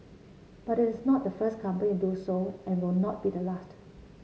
but it is not the first company to do so and will not be the last